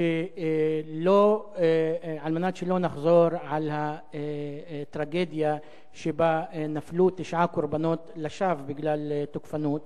על מנת שלא נחזור על הטרגדיה שבה נפלו תשעה קורבנות לשווא בגלל תוקפנות,